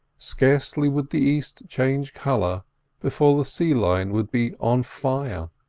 scarcely would the east change colour before the sea-line would be on fire,